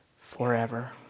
forever